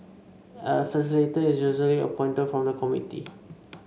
a facilitator is usually appointed from the committee